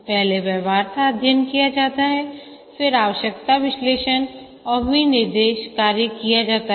पहले व्यवहार्यता अध्ययन किया जाता है फिर आवश्यकता विश्लेषण और विनिर्देश कार्य किया जाता है